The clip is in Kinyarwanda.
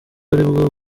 aribwo